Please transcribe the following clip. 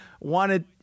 wanted—